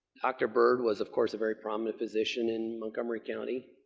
dr. berg was, of course, a very prominent physician in montgomery county.